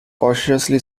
cautiously